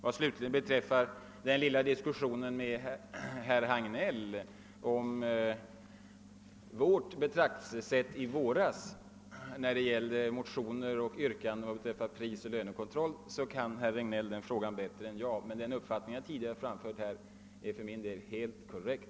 Vad slutligen beträffar den lilla diskussionen med herr Hagnell om vårt betraktelsesätt i. våras i motioner och yrkanden beträffande prisoch lönekontroll vill jag säga att herr Regnéll kan den frågan bättre än jag, men den uppfattning jag tidigare framförde är helt korrekt.